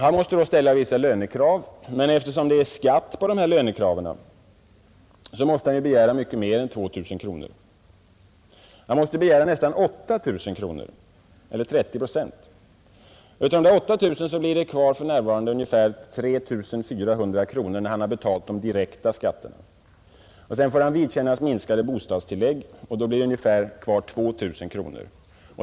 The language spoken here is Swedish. Han måste då ställa vissa lönekrav, men eftersom skatt utgår på dessa lönekrav, måste han begära mer än 2000 kronor. Han måste begära nästan 8 000 kronor eller 30 procent. Av dessa 8 000 kronor blir det kvar ungefär 3 400 kronor när han betalt den direkta skatten. Sedan får han vidkännas minskade bostadstillägg. Kvar blir då ungefär 2 000 kronor.